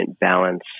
balance